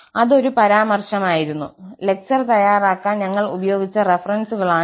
അത് ഒരു പരാമർശമായിരുന്നു ലെക്ചർ തയ്യാറാക്കാൻ ഞങ്ങൾ ഉപയോഗിച്ച റഫറൻസുകളാണിത്